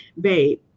babe